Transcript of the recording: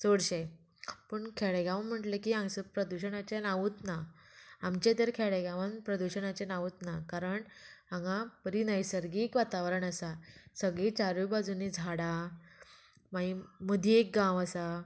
चडशें पूण खेडेगांव म्हटले की हांगासर प्रदुशणाचें नांवूत ना आमचे तर खेडेगांवान प्रदुशणाचें नांवूत ना कारण हांगां बरी नैसर्गीक वातावरण आसा सगळीं चारूय बाजुनी झाडां मागी मदीं एक गांव आसा